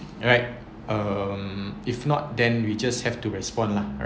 alright um if not then we just have to respond lah